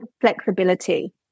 flexibility